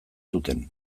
zuten